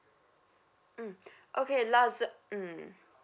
mm okay laza~ mm